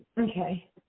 Okay